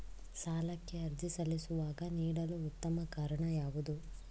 ಸಾಲಕ್ಕೆ ಅರ್ಜಿ ಸಲ್ಲಿಸುವಾಗ ನೀಡಲು ಉತ್ತಮ ಕಾರಣ ಯಾವುದು?